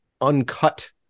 uncut